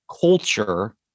culture